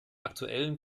aktuellen